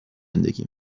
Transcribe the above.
زندگی